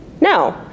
No